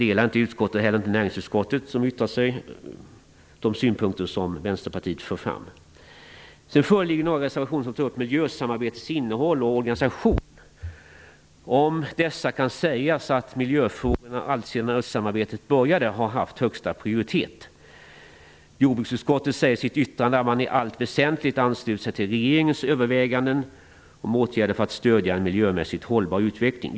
Varken utskottet eller näringsutskottet, som yttrat sig, delar de synpukter som vänsterpartiet för fram. Det föreligger några reservationer som tar upp miljösamarbetets innehåll och organisation. Alltsedan östsamarbetet började har miljöfrågorna haft högsta prioritet. Jordbruksutskottet säger i sitt yttrande att man i allt väsentligt ansluter sig till regeringens överväganden om åtgärder för att stödja en miljömässigt hållbar utveckling.